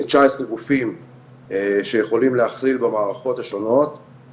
כ- 19 גופים שיכולים להכליל במערכות השונות.